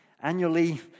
Annually